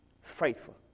faithful